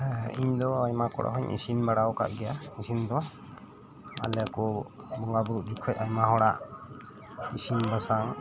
ᱦᱮᱸ ᱤᱧ ᱫᱚ ᱟᱭᱢᱟ ᱠᱚᱨᱮ ᱦᱚᱧ ᱤᱥᱤᱱ ᱵᱟᱲᱟ ᱟᱠᱟᱫ ᱜᱮᱭᱟ ᱤᱥᱤᱱ ᱫᱚ ᱟᱞᱮ ᱠᱚ ᱵᱚᱸᱜᱟ ᱵᱩᱨᱩᱜ ᱡᱚᱠᱷᱮᱡ ᱟᱭᱢᱟ ᱦᱚᱲᱟᱜ ᱤᱥᱤᱱ ᱵᱟᱥᱟᱝ